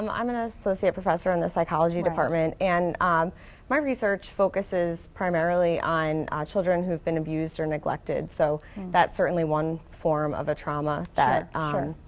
um i'm an ah associate professor in the psychology department. and um my research focuses primarily on children who have been abused or neglected. so that's certainly one form of a trauma that ah and